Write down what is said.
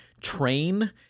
train